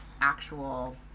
actual